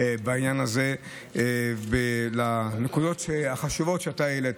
בעניין הזה על הנקודות החשובות שהעלית.